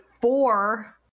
four